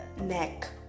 neck